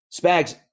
Spags